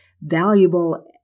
valuable